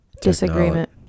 Disagreement